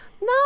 No